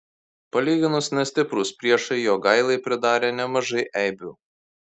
palyginus nestiprūs priešai jogailai pridarė nemažai eibių